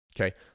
okay